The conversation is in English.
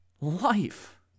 life